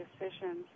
decisions